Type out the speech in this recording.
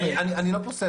אני לא פוסל את זה.